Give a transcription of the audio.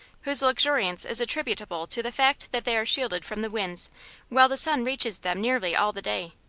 whose luxuriance is attributable to the fact that they are shielded from the winds while the sun reaches them nearly all the day.